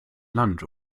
land